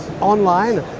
online